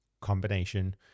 combination